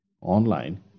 online